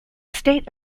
state